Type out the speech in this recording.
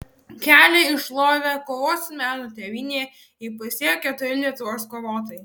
kelią į šlovę kovos menų tėvynėje įpusėjo keturi lietuvos kovotojai